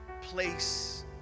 place